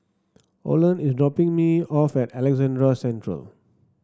Olen is dropping me off at Alexandra Central